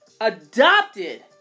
Adopted